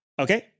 okay